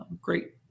Great